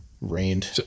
rained